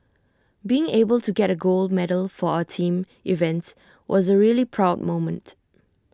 being able to get A gold medal for our team events was A really proud moment